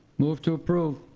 move to approve.